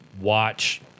watch